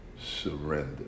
surrender